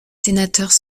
sénateurs